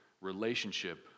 relationship